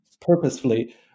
purposefully